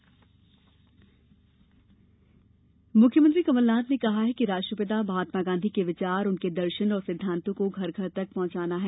गांधी गोष्ठी मुख्यमंत्री कमलनाथ ने कहा है कि राष्ट्रपिता महात्मा गांधी के विचार उनके दर्शन और सिद्दांतों को घर घर तक पहुंचाना है